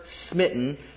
smitten